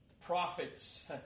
prophets